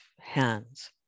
hands